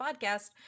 podcast